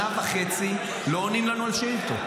שנה וחצי לא עונים לנו על השאילתות.